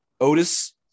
otis